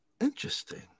Interesting